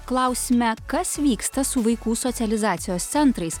klausime kas vyksta su vaikų socializacijos centrais